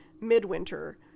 midwinter